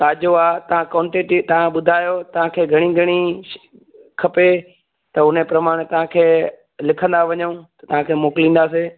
ताज़ो आहे तव्हां क्वांटिटी तव्हां ॿुधायो तव्हांखे घणी घणी खपे त उन प्रमाण तव्हांखे लिखंदा वञू त तव्हांखे मोकिलिंदासीं